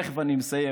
תכף אני מסיים,